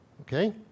Okay